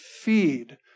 feed